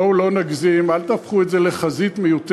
בואו לא נגזים, אל תהפכו את זה לחזית מיותרת.